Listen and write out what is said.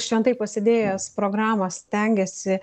šventai pasidėjęs programą stengiasi